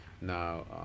now